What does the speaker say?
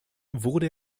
wurde